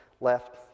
left